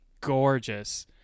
gorgeous